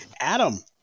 Adam